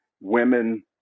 women